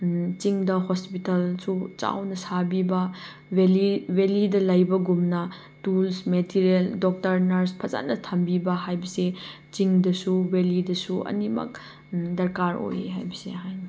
ꯆꯤꯡꯗ ꯍꯣꯁꯄꯤꯇꯥꯜꯁꯨ ꯆꯥꯎꯅ ꯁꯥꯕꯤꯕ ꯚꯦꯜꯂꯤ ꯚꯦꯜꯂꯤꯗ ꯂꯩꯕꯒꯨꯝꯅ ꯇꯨꯜꯁ ꯃꯦꯇꯤꯔꯤꯌꯦꯜ ꯗꯣꯛꯇꯔ ꯅꯔꯁ ꯐꯖꯅ ꯊꯝꯕꯤꯕ ꯍꯥꯏꯕꯁꯦ ꯆꯤꯡꯗꯁꯨ ꯚꯦꯜꯂꯤꯗꯁꯨ ꯑꯅꯤꯃꯛ ꯗꯔꯀꯥꯔ ꯑꯣꯏꯌꯦ ꯍꯥꯏꯕꯁꯦ ꯍꯥꯏꯅ